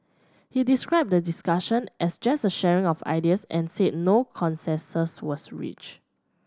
he described the discussion as just a sharing of ideas and said no consensus was reached